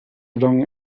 long